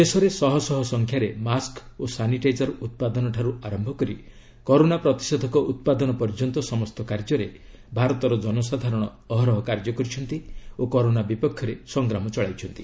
ଦେଶରେ ଶହ ଶହ ସଂଖ୍ୟାରେ ମାସ୍କ୍ ଓ ସାନିଟାଇଜର୍ ଉତ୍ପାଦନ ଠାରୁ ଆରମ୍ଭ କରି କରୋନା ପ୍ରତିଷେଧକ ଉତ୍ପାଦନ ପର୍ଯ୍ୟନ୍ତ ସମସ୍ତ କାର୍ଯ୍ୟରେ ଭାରତର ଜନସାଧାରଣ ଅହରହ କାର୍ଯ୍ୟ କରିଛନ୍ତି ଓ କରୋନା ବିପକ୍ଷରେ ସଂଗ୍ରାମ ଚଳାଇଛନ୍ତି